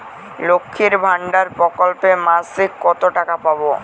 লক্ষ্মীর ভান্ডার প্রকল্পে মাসিক কত টাকা পাব?